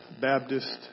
Baptist